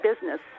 business